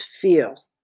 feel